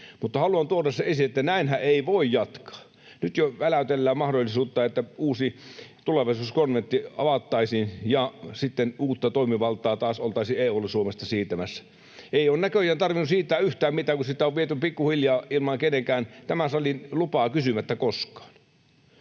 haluan tuoda sen esiin, että näinhän ei voi jatkaa. Nyt jo väläytellään sitä mahdollisuutta, että uusi tulevaisuuskonventti avattaisiin ja sitten uutta toimivaltaa taas oltaisiin EU:lle Suomesta siirtämässä. Ei ole näköjään tarvinnut siirtää yhtään mitään, kun sitä on viety pikkuhiljaa kysymättä koskaan tämän salin lupaa. Tämä on